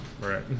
Right